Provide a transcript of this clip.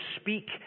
speak